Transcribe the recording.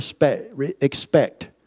expect